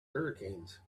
hurricanes